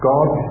God